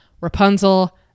Rapunzel